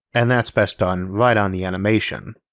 and that's best done right on the animation.